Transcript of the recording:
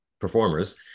performers